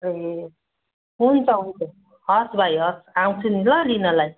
ए हुन्छ हुन्छ हवस् भाइ हवस् आउँछु नि ल लिनलाई